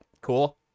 cool